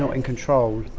ah in control.